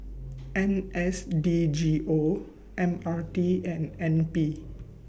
N S D G O M R T and N P